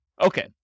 Okay